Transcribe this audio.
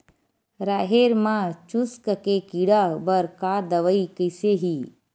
राहेर म चुस्क के कीड़ा बर का दवाई कइसे ही?